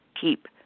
keep